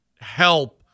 help